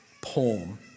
poem